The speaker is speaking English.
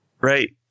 Right